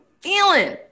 feeling